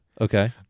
Okay